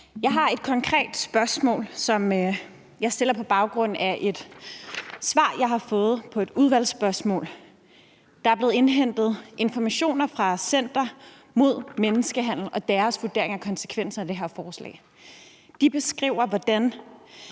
Jeg har et konkret spørgsmål, som jeg stiller på baggrund af et svar, jeg har fået på et udvalgsspørgsmål. Der er blevet indhentet informationer fra Center mod Menneskehandel og deres vurdering af konsekvensen af det her forslag. De beskriver, hvordan